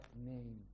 name